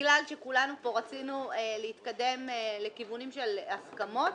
בגלל שכולנו פה רצינו להתקדם לכיוונים של הסכמות,